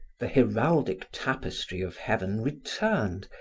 the heraldic tapestry of heaven returned,